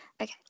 Okay